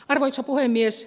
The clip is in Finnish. arvoisa puhemies